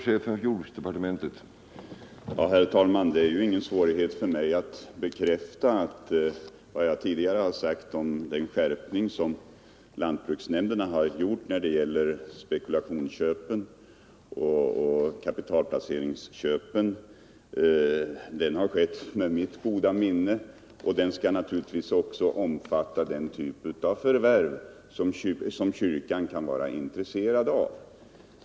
Herr talman! Det är ju ingen svårighet för mig att bekräfta att vad jag tidigare sagt om den skärpning som lantbruksnämnderna gjort när det gäller spekulationsköpen och kapitalplaceringsköpen har skett med mitt goda minne. Den skall naturligtvis också omfatta den typ av förvärv som kyrkan kan vara intresserad av.